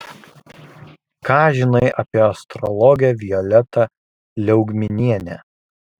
ką žinai apie astrologę violetą liaugminienę